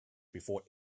before